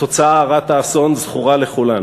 התוצאה הרת האסון זכורה לכולנו.